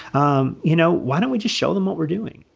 um you know why don't we just show them what we're doing.